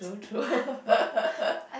true true